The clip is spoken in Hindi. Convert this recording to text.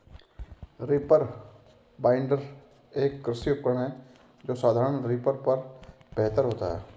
रीपर बाइंडर, एक कृषि उपकरण है जो साधारण रीपर पर बेहतर होता है